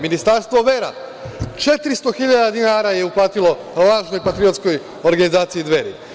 Ministarstvo vera 400 hiljada dinara je uplatilo lažnoj patriotskoj organizaciji Dveri.